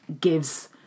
gives